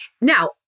now